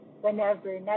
whenever